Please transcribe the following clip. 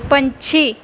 ਪੰਛੀ